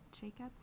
Jacob